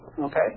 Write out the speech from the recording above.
Okay